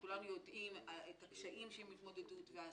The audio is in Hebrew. כולנו יודעים את הקשיים שיש בהתמודדות ואת